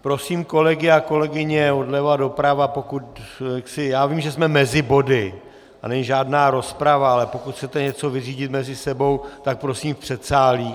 Prosím kolegy a kolegyně odleva doprava, já vím, že jsme mezi body a není žádná rozprava, ale pokud chcete něco vyřídit mezi sebou, tak prosím v předsálí.